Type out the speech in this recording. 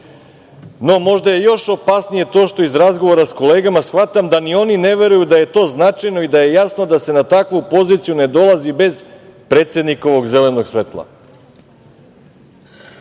No, možda je još opasnije to što iz razgovora sa kolegama shvatam da ni oni ne veruju da je to značajno i da je jasno da se na takvu poziciju ne dolazi bez predsednikovog zelenog svetla. To